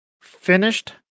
finished